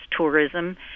tourism